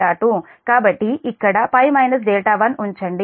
కాబట్టి ఇక్కడ π 1 ఉంచండి